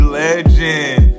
legend